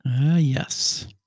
Yes